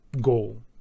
goal